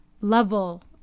level